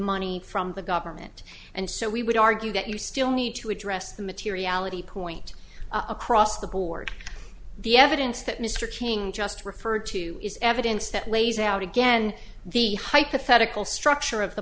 money from the government and so we would argue that you still need to address the materiality point across the board the evidence that mr king just referred to is evidence that lays out again the hypothetical structure of the